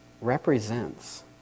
represents